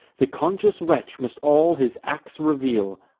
the conscious wretch must all his acts reveal,